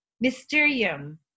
Mysterium